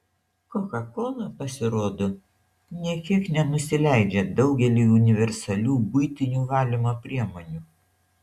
kokakola pasirodo nė kiek nenusileidžia daugeliui universalių buitinių valymo priemonių